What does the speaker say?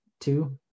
two